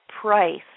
price